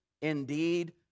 indeed